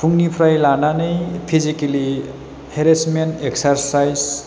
फुंनिफ्राय लानानै physically harassment exercise